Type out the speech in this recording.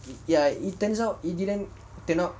ya it turns out it didn't turn out